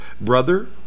Brother